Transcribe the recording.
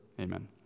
Amen